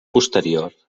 posterior